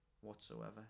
whatsoever